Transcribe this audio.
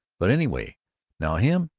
but anyway now, him,